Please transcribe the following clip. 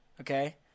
Okay